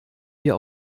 wir